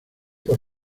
por